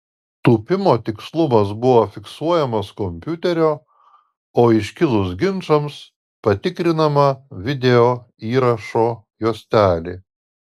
tūpimo tikslumas buvo fiksuojamas kompiuterio o iškilus ginčams patikrinama video įrašo juostelė